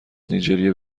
نیجریه